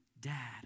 dad